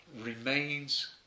remains